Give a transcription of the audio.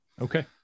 Okay